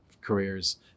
careers